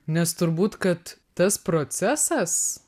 nes turbūt kad tas procesas